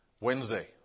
Wednesday